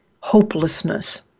hopelessness